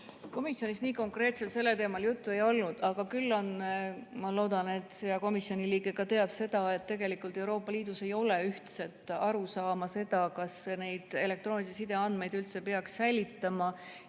Komisjonis nii konkreetselt sellel teemal juttu ei olnud. Küll aga, ma loodan, ka komisjoni liige teab seda, et tegelikult Euroopa Liidus ei ole ühtset arusaama selles, kas neid elektroonilise side andmeid üldse peaks säilitama,